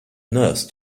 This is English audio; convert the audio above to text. nurse